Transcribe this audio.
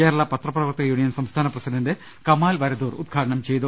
കേരള പത്രപ്രവർത്തക യൂണിയൻ സംസ്ഥാന പ്രസിഡന്റ് കമാൽ വരദൂർ ഉദ്ഘാടനം ചെയ്തു